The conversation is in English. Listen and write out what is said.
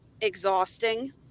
exhausting